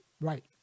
right